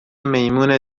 میمون